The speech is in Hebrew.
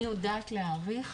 אני יודעת להעריך